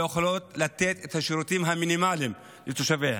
לא יכולות לתת את השירותים המינימליים לתושביהן.